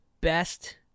best